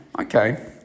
okay